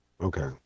Okay